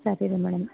ಸರಿ ರೀ ಮೇಡಮ್